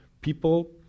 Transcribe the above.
people